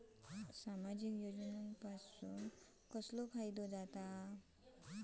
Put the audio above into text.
सामाजिक योजनांपासून काय फायदो जाता?